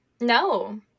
no